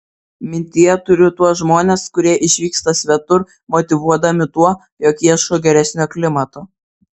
mintyje turiu tuos žmones kurie išvyksta svetur motyvuodami tuo jog ieško geresnio klimato